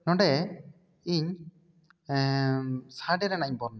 ᱱᱚᱸᱰᱮ ᱤᱧ ᱮᱸ ᱥᱟᱰᱮ ᱨᱮᱱᱟᱜ ᱤᱧ ᱵᱚᱨᱱᱚᱱᱟ